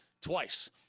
Twice